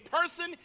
person